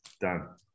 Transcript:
done